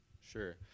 sure